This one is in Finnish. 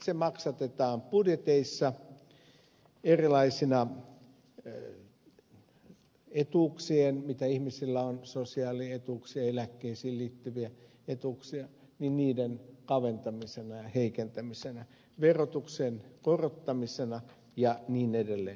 se maksatetaan budjeteissa erilaisten etuuksien mitä ihmisillä on sosiaalietuuksia eläkkeisiin liittyviä etuuksia kaventamisena ja heikentämisenä verotuksen korottamisena ja niin edelleen